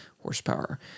horsepower